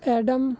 adam